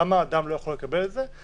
למה אדם לא יכול לקבל את זה.